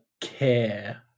care